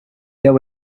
there